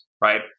right